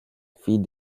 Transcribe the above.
fille